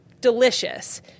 Delicious